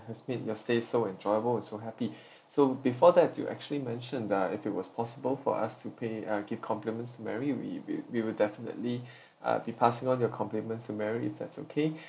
it has made your stay so enjoyable and so happy so before that you actually mentioned that if it was possible for us to pay uh give compliments to mary we we we will definitely uh be passing on your compliments to mary if that's okay